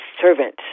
servant